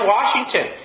Washington